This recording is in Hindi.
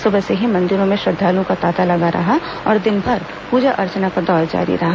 सुबह से ही मंदिरों में श्रद्वालुओं का तांता लगा रहा और दिनभर पूजा अर्चना का दौर जारी रहा